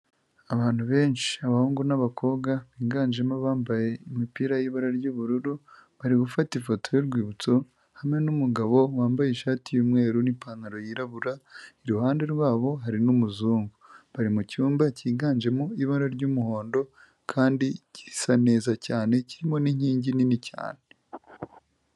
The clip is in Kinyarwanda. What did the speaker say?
Abantu benshi, abahungu n'abakobwa biganjemo abambaye imipira y'ibara ry'ubururu, bari gufata ifoto y'urwibutso hamwe n'umugabo wambaye ishati y'umweru n'ipantaro yirabura, iruhande rwabo hari n'umuzungu. Bari mu cyumba cyiganjemo ibara ry'umuhondo kandi gisa neza cyane kirimo n'inkingi nini cyane.